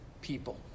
people